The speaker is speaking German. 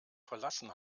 verlassen